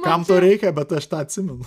kam to reikia bet aš tą atsimenu